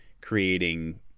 creating